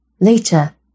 Later